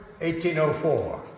1804